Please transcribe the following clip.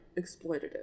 exploitative